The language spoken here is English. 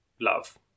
love